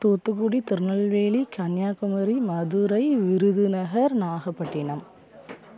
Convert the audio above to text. Thoothukudi Tirunelveli Kanyakumari Madurai Virudhunagar Nagapattinam